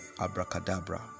abracadabra